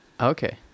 Okay